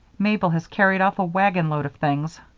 mabel has carried off a wagonload of things,